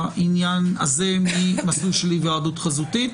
העניין הזה ממסלול של היוועדות חזותית,